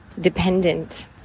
dependent